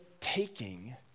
taking